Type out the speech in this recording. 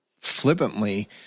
flippantly